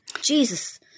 Jesus